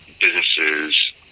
businesses